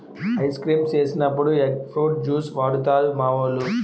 ice creams చేసినప్పుడు egg fruit juice వాడుతారు మావోలు